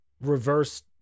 reverse